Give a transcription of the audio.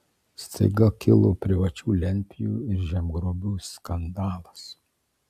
staiga kilo privačių lentpjūvių ir žemgrobių skandalas